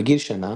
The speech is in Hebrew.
בגיל שנה